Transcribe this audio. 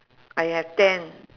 I have ten